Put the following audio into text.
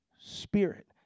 Spirit